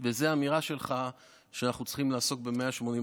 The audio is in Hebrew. זאת האמירה שלך שאנחנו צריכים לזוז